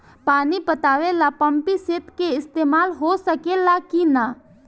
पानी पटावे ल पामपी सेट के ईसतमाल हो सकेला कि ना?